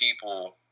people